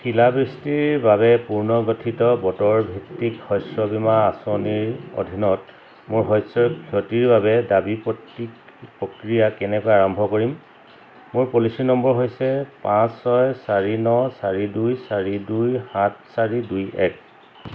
শিলাবৃষ্টিৰ বাবে পুনৰ্গঠিত বতৰ ভিত্তিক শস্য বীমা আঁচনিৰ অধীনত মোৰ শস্যৰ ক্ষতিৰ বাবে দাবী প্ৰতি প্ৰক্ৰিয়া কেনেকৈ আৰম্ভ কৰিম মোৰ পলিচি নম্বৰ হৈছে পাঁচ ছয় চাৰি ন চাৰি দুই চাৰি দুই সাত চাৰি দুই এক